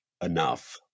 enough